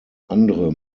andere